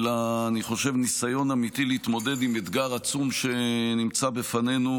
אלא אני חושב ניסיון אמיתי להתמודד עם אתגר עצום שנמצא בפנינו.